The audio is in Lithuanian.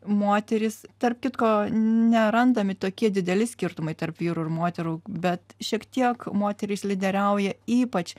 moterys tarp kitko nerandami tokie dideli skirtumai tarp vyrų ir moterų bet šiek tiek moterys lyderiauja ypač